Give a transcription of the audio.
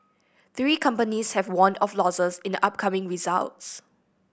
three companies have warned of losses in the upcoming results